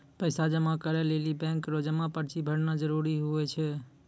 पैसा जमा करै लेली बैंक रो जमा पर्ची भरना जरूरी हुवै छै